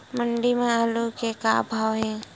मंडी म आलू के का भाव हे?